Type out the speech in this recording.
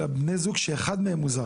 אלא שאחד מהם הוא זר.